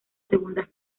segundas